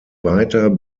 weiter